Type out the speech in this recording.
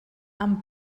amb